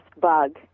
bug